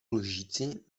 lžíci